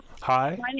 Hi